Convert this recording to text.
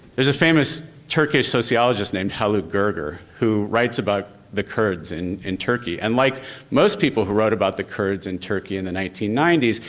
there's a famous turkish sociologist named haluk gerger who writes about the kurds in in turkey. and like most people who wrote about the kurds in turkey in the nineteen ninety s,